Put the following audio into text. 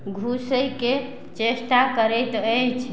घुसयके चेष्टा करैत अछि